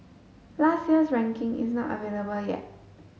last year's ranking is not available yet